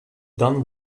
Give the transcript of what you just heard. done